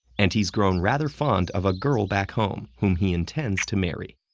and he's grown rather fond of a girl back home whom he intends to marry.